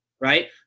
right